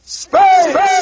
space